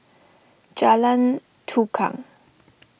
Jalan Tukang